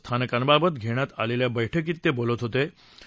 च्या बसस्थानकांबाबत घेण्यात आलेल्या बैठकीत ते बोलत होते